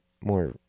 more